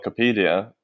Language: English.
Wikipedia